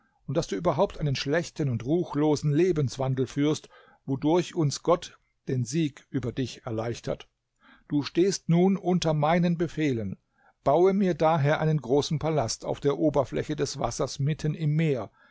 und daß du überhaupt einen schlechten und ruchlosen lebenswandel führst wodurch uns gott den sieg über dich erleichtert du stehst nun unter meinen befehlen baue mir daher einen großen palast auf der oberfläche des wassers mitten im meer